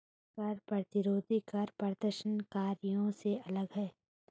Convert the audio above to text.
कर प्रतिरोधी कर प्रदर्शनकारियों से अलग हैं